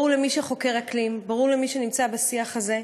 ברור למי שחוקר אקלים, ברור למי שנמצא בשיח הזה,